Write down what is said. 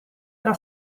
era